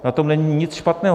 Na tom není nic špatného.